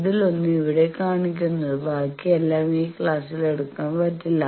അതിലൊന്നാണ് ഇവിടെ കാണിക്കുന്നത് ബാക്കിയെല്ലാം ഈ ക്ലാസിൽ എടുക്കാൻ പറ്റില്ല